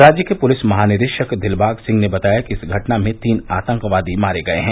राज्य के पुलिस महानिदेशक दिलबाग सिंह ने बताया कि इस घटना में तीन आतंकवादी मारे गये हैं